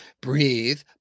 breathe